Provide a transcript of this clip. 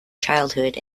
childhood